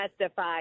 testify